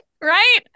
right